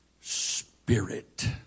Spirit